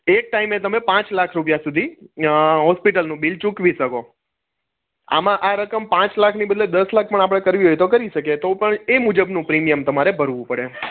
એ જ ટાઇમે તમે પાંચ લાખ રૂપિયા સુધી હોસ્પિટલનું બિલ ચૂકવી શકો આમાં આ રકમ પાંચ લાખની બદલે દસ લાખ પણ આપણે કરવી હોય તો કરી શકીએ તો પણ એ મુજબનું પ્રીમિયમ તમારે ભરવું પડે